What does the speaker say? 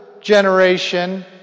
generation